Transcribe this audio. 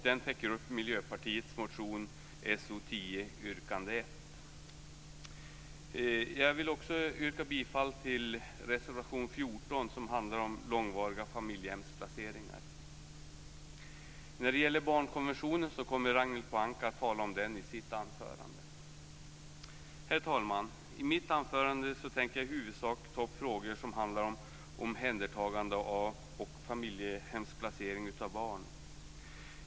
Den täcker upp Miljöpartiets motion So10, yrkande 1. Jag vill också yrka bifall till reservation 14, som handlar om långvariga familjehemsplaceringar. Ragnhild Pohanka kommer att tala om barnkonventionen i sitt anförande. Herr talman! I mitt anförande tänker jag i huvudsak ta upp frågor som handlar om omhändertagande och familjehemsplacering av barn.